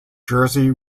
jersey